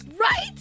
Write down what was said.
Right